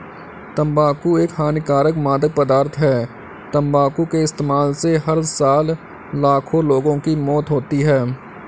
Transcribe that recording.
तंबाकू एक हानिकारक मादक पदार्थ है, तंबाकू के इस्तेमाल से हर साल लाखों लोगों की मौत होती है